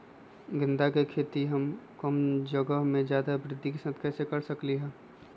गेंदा के खेती हम कम जगह में ज्यादा वृद्धि के साथ कैसे कर सकली ह?